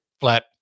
Flat